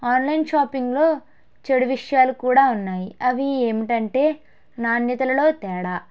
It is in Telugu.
ఆన్లైన్ షాపింగ్లో చెడు విషయాలు కూడా ఉన్నాయి అవి ఏమిటంటే నాణ్యతలలో తేడా